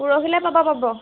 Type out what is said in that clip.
পৰহিলৈ পাব পাব